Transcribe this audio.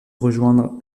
rejoindre